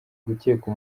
gukeka